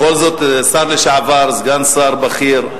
בכל זאת שר לשעבר, סגן שר בכיר.